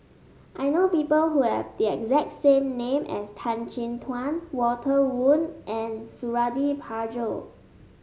I know people who have the exact same name as Tan Chin Tuan Walter Woon and Suradi Parjo